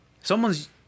someone's